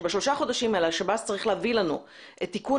כשבשלושה חודשים האלה השב"ס צריך להביא לנו את תיקון